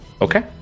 Okay